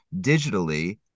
digitally